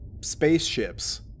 spaceships